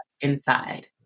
inside